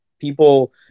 people